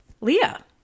Leah